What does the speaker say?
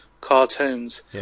cartoons